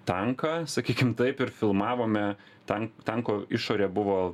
tanką sakykim taip ir filmavome ten tanko išorė buvo